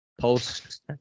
post